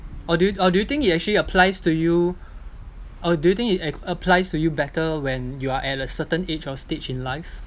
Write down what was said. or do you or do you think it actually applies to you or do you think it a~ applies to you better when you are at a certain age or stage in life